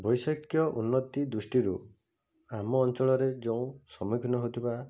ବୈଷୟିକ ଉନ୍ନତି ଦୃଷ୍ଟିରୁ ଆମ ଅଞ୍ଚଳରେ ଯେଉଁ ସମ୍ମୁଖୀନ ହେଉଥିବ